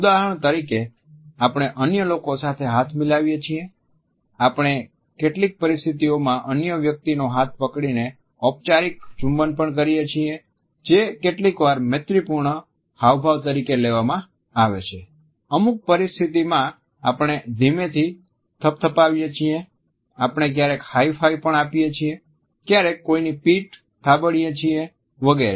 ઉદાહરણ તરીકે આપણે અન્ય લોકો સાથે હાથ મિલાવીએ છીએ આપણે કેટલીક પરિસ્થિતિઓમાં અન્ય વ્યક્તિનો હાથ પકડીને ઔપચારિક ચુંબન પણ કરીએ છીએ જે કેટલીકવાર મૈત્રીપૂર્ણ હાવભાવ તરીકે લેવામાં આવે છે અમુક પરિસ્થિમાં આપણે ધીમે થી થપથપાવીએ છીએ આપણે ક્યારેય હાઈફાઈવ પણ આપીએ છીએ ક્યારેક કોઈની પીઠ થાબડીએ છીએ વગેરે